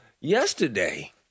yesterday